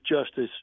justice